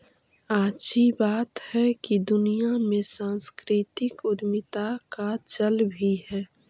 याची बात हैकी दुनिया में सांस्कृतिक उद्यमीता का चल भी है